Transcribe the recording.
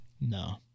No